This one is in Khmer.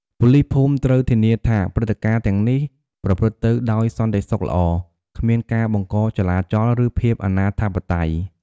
ប៉ូលីសភូមិត្រូវធានាថាព្រឹត្តិការណ៍ទាំងនេះប្រព្រឹត្តទៅដោយសន្តិសុខល្អ គ្មានការបង្កចលាចល ឬភាពអនាធិបតេយ្យ។